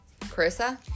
Carissa